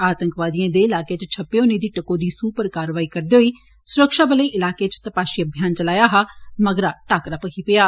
आतंकवादिएं दे इलाके च छप्पे होने दी टकोहदी सूह उप्पर कारवाई करदे होई सुरक्षाबले इलाके च तपाशी अभियान चलाया मगरा टाकरा भखी पेआ